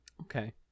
okay